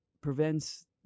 prevents